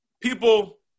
people